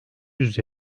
yüz